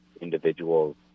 individuals